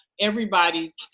everybody's